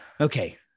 Okay